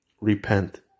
Repent